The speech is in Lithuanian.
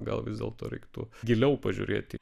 gal vis dėlto reiktų giliau pažiūrėti